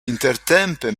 intertempe